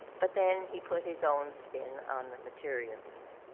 but then he put his own spin on the material.